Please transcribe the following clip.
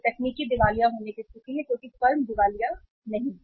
यह तकनीकी दिवालिया होने की स्थिति है क्योंकि फर्म दिवालिया नहीं है